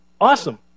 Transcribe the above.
Awesome